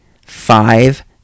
five